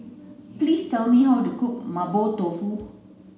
please tell me how to cook mapo tofu